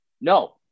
No